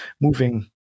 moving